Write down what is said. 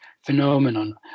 phenomenon